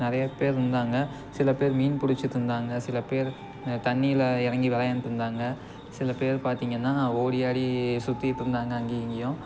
நிறையா பேர் இருந்தாங்க சில பேர் மீன் பிடிச்சிட்டு இருந்தாங்க சில பேர் தண்ணியில் இறங்கி விளையாண்டுட்டு இருந்தாங்க சில பேர் பார்த்தீங்கன்னா ஓடி ஆடி சுற்றிட்டு இருந்தாங்க அங்கேயும் இங்கேயும்